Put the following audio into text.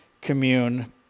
commune